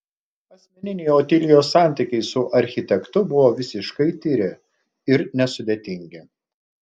asmeniniai otilijos santykiai su architektu buvo visiškai tyri ir nesudėtingi